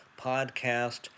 podcast